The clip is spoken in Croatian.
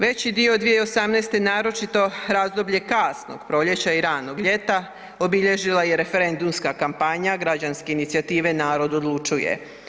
Veći dio 2018., naročito razdoblje kasnog proljeća i ranog ljeta, obilježila je referendumska kampanja građanske inicijative „Narod odlučuje“